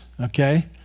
okay